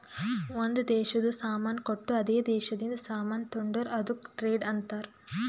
ಒಂದ್ ದೇಶದು ಸಾಮಾನ್ ಕೊಟ್ಟು ಅದೇ ದೇಶದಿಂದ ಸಾಮಾನ್ ತೊಂಡುರ್ ಅದುಕ್ಕ ಟ್ರೇಡ್ ಅಂತಾರ್